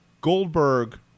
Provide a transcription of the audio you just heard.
Goldberg